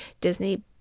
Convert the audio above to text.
Disney